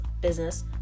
business